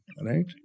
right